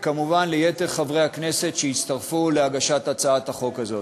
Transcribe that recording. וכמובן ליתר חברי הכנסת שהצטרפו להגשת הצעת החוק הזאת.